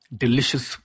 delicious